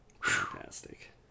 Fantastic